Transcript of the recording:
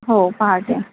हो पहाटे